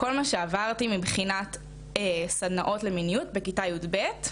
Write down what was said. כל מה שעברתי מבחינת סדנאות למיניות בכיתה יב',